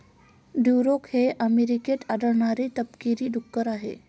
Duroc हे अमेरिकेत आढळणारे तपकिरी डुक्कर आहे